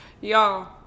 Y'all